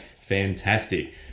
Fantastic